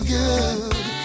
good